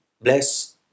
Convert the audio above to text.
Bless